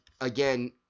again